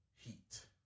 heat